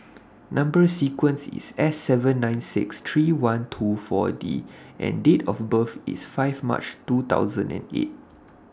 Number sequence IS S seven nine six three one two four D and Date of birth IS five March two thousand and eight